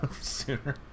sooner